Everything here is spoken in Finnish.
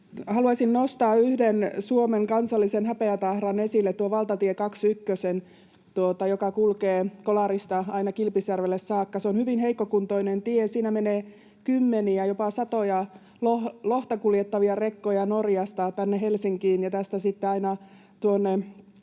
Haluaisin nostaa yhden Suomen kansallisen häpeätahran esille: valtatie 21:n, joka kulkee Kolarista aina Kilpisjärvelle saakka. Se on hyvin heikkokuntoinen tie. Siinä menee kymmeniä, jopa satoja lohta kuljettavia rekkoja Norjasta tänne Helsinkiin